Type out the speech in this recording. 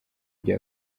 bya